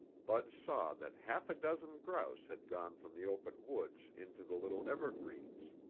bud saw that half a dozen grouse had gone from the open woods into the little evergreens.